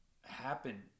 happen